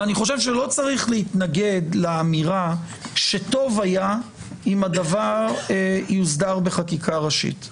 ואני חושב שלא צריך להתנגד לאמירה שטוב היה אם הדבר יוסדר בחקיקה ראשית.